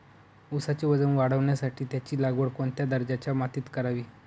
ऊसाचे वजन वाढवण्यासाठी त्याची लागवड कोणत्या दर्जाच्या मातीत करावी?